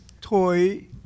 toy